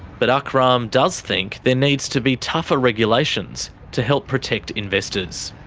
but akram does think there needs to be tougher regulations to help protect investors.